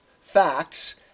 facts